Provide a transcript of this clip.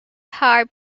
heart